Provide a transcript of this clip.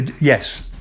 yes